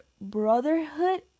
brotherhood